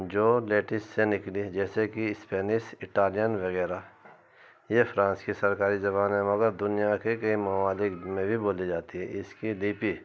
جو لیٹس سے نکلی جیسے کہ اسپینس اٹالین وغیرہ یہ فرانس کی سرکاری زبان ہے مگر دنیا کے کے کئی ممالک میں بھی بولی جاتی ہے اس کی لپی